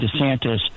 DeSantis